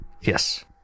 yes